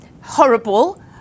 horrible